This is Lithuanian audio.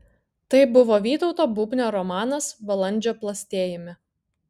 tai buvo vytauto bubnio romanas balandžio plastėjime